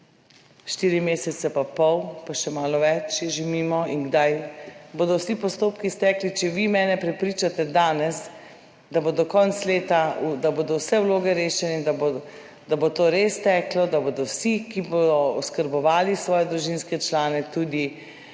štiri mesece pa pol, pa še malo več je že mimo in kdaj bodo vsi postopki stekli? Če vi mene prepričate danes? Da bo do konca leta, da bodo vse vloge rešene in da bo da bo to res teklo, da bodo vsi, ki bodo oskrbovali svoje družinske člane tudi